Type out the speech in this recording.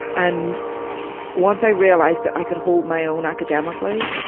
and once i realized that i could hold my own academically,